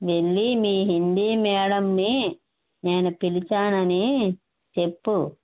వెళ్ళి మీ హిందీ మేడంని నేను పిలిచాను అని చెప్పు